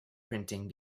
printing